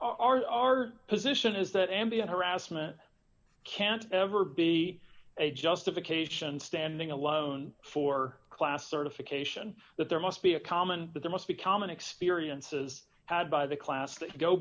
our position is that ambient harassment can't ever be a justification standing alone for class certification that there must be a common but there must be common experiences had by the class